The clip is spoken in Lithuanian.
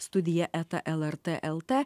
studija eta lrt lt